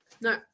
No